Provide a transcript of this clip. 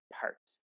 parts